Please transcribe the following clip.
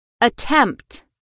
Attempt